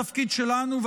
התפקיד שלנו,